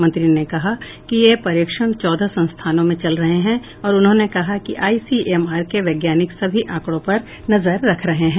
मंत्री ने कहा कि ये परीक्षण चौदह संस्थानों में चल रहे हैं उन्होंने कहा कि आईसीएमआर के वैज्ञानिक सभी आंकडो पर नजर रख रहे हैं